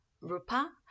rupa